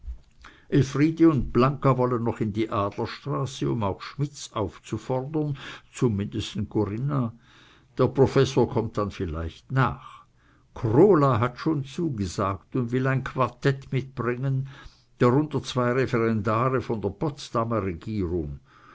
elfriede und blanca wollen noch in die adlerstraße um auch schmidts aufzufordern zum mindesten corinna der professor kommt dann vielleicht nach krola hat schon zugesagt und will ein quartett mitbringen darunter zwei referendare von der potsdamer regierung